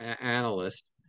analyst